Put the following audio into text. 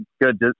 good